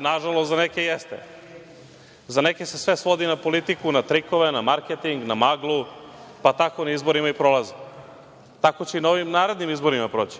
Nažalost, za neke jeste. Za neke se sve svodi na politiku, na trikove, na marketing, na maglu, pa tako na izborima i prolaze. Tako će i na ovim narednim izborima proći,